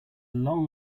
long